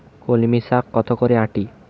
কলমি শাখ কত করে আঁটি?